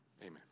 Amen